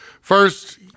first